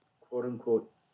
quote-unquote